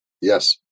Yes